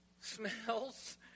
Smells